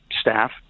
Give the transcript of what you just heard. staff